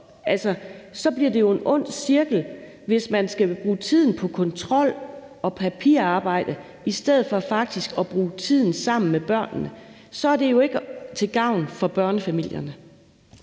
Altså, så bliver det jo en ond cirkel. Hvis man skal bruge tiden på kontrol og papirarbejde i stedet for faktisk at bruge tiden sammen med børnene, så er det jo ikke til gavn for børnefamilierne.